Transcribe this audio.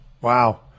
wow